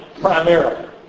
primarily